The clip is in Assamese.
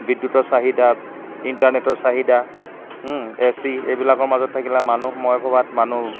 বিদ্যুতৰ চাহিদা ইণ্টাৰনেটৰ চাহিদা এচি এইবিলাকৰ মাজত থাকিলে মানুহ মই ভবাত মানুহ